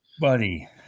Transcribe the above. Buddy